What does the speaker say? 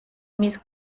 მის